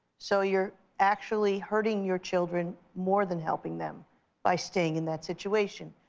so you're actually hurting your children more than helping them by staying in that situation.